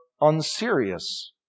unserious